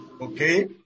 Okay